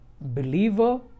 believer